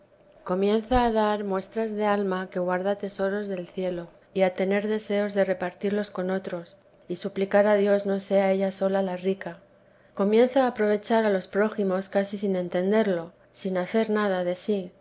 comienza a dar muestras de alma que guarda tesoros l s vida df t a santa madke del cielo y a tener deseos de repartirlos con otros y suplicar a dios no sea ella sola la rica comienza a aprovechar a los prójimos casi sin entenderlo ni hacer nada de sí